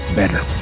better